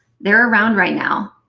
they're around right now.